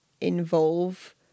involve